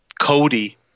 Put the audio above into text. Cody